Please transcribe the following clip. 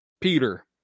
Peter